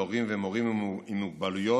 להורים ומורים עם מוגבלויות,